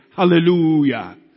Hallelujah